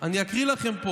אני אקריא לכם.